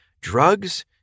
Drugs